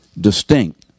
distinct